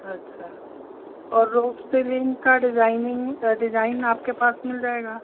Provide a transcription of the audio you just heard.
अच्छा और roof ceiling का डिज़ाइनिंग डिज़ाइन आपके पास मिल जाएगा